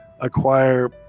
acquire